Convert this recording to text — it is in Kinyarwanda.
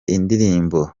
indirimbo